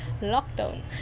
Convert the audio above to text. Lockdown